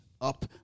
up